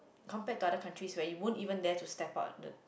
compare to other countries where you won't even dare to steep out the